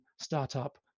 startup